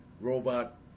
Robot